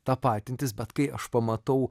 tapatintis bet kai aš pamatau